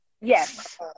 Yes